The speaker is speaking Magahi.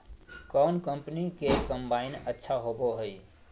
कौन कंपनी के कम्बाइन अच्छा होबो हइ?